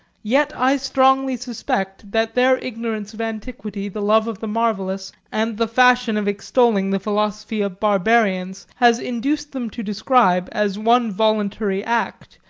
yet i strongly suspect that their ignorance of antiquity, the love of the marvellous, and the fashion of extolling the philosophy of barbarians, has induced them to describe, as one voluntary act,